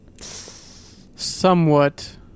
Somewhat